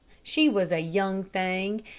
she was a young thing,